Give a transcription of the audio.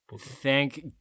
Thank